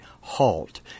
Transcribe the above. halt